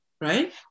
Right